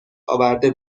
آورده